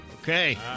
Okay